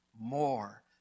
more